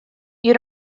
you